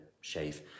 shave